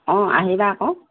অঁ আহিবা আকৌ